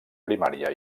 primària